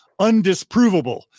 undisprovable